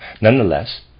Nonetheless